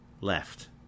left